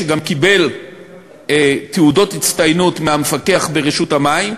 שגם קיבל תעודות הצטיינות מהמפקח ברשות המים.